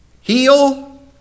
Heal